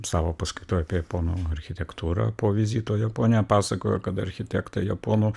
savo paskaitoj apie japonų architektūrą po vizito į japoniją pasakojo kad architektai japonų